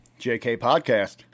JKPODCAST